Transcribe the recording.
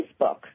Facebook